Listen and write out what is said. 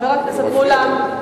חבר הכנסת מולה.